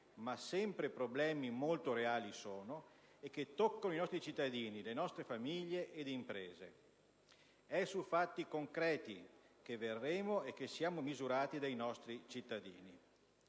ma sempre problemi molto reali sono, e che toccano i nostri cittadini, le nostre famiglie ed imprese. È su fatti concreti che verremo misurati, e che siamo misurati dai nostri cittadini.